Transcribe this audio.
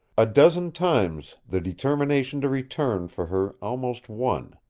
a dozen times the determination to return for her almost won.